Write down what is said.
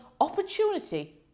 Opportunity